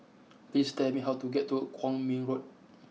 please tell me how to get to Kwong Min Road